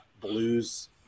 blues